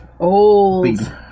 old